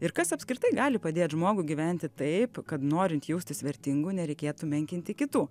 ir kas apskritai gali padėt žmogui gyventi taip kad norint jaustis vertingu nereikėtų menkinti kitų